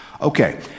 Okay